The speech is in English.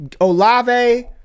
Olave